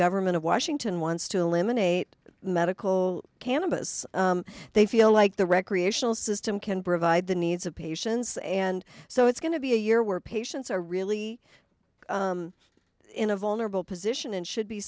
government of washington wants to eliminate medical cannabis they feel like the recreational system can provide the needs of patients and so it's going to be a year where patients are really in a vulnerable position and should be